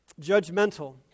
Judgmental